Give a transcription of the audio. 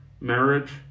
marriage